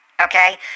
Okay